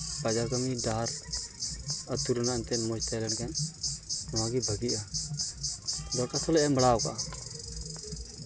ᱵᱟᱡᱟᱨ ᱠᱟᱹᱢᱤ ᱰᱟᱦᱟᱨ ᱟᱹᱛᱩ ᱨᱮᱱᱟᱜ ᱮᱱᱛᱮᱫ ᱢᱚᱡᱽ ᱛᱟᱦᱮᱸ ᱞᱮᱱᱠᱷᱟᱱ ᱚᱱᱟᱜᱮ ᱵᱷᱟᱹᱜᱤᱜᱼᱟ ᱫᱚᱨᱠᱷᱟᱥᱛᱚ ᱞᱮ ᱮᱢ ᱵᱟᱲᱟ ᱟᱠᱟᱫᱼᱟ